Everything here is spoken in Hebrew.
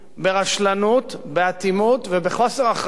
ברשלנות, באטימות ובחוסר אחריות,